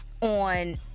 on